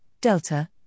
Delta